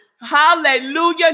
Hallelujah